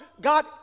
God